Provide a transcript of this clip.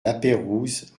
lapeyrouse